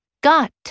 got